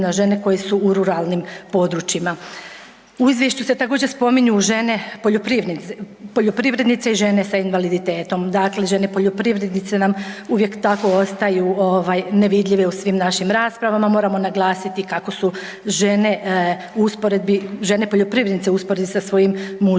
na žene koje su u ruralnim područjima. U izvješću se također spominju žene poljoprivrednice i žene sa invaliditetom, dakle žene poljoprivrednice nam uvijek tako ostaju ovaj nevidljive u svim naših raspravama, moramo naglasiti kako su žene u usporedbi, žene poljoprivrednice sa svojim muževima,